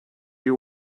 you